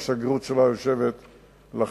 ולכן השגרירות שלה יושבת בתל-אביב.